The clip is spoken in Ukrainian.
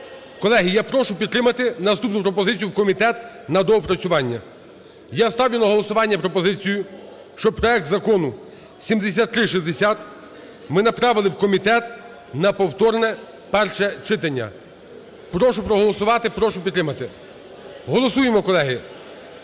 Колеги, я прошу підтримати наступну пропозицію: в комітет на доопрацювання. Я ставлю на голосування пропозицію, щоб проект Закону 7360 ми направили в комітет на повторне перше читання. Прошу проголосувати, прошу підтримати. Голосуємо, колеги,